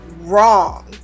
wrong